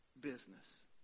business